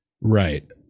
Right